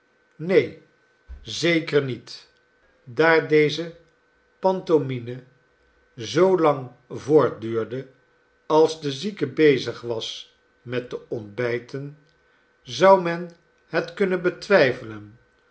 neen zeker niet daar deze pantomine zoolang voortduurde als de zieke bezig was met te ontbijten zou men het kunnen betwijfelen